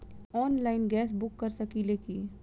Online gas book कर सकिले की?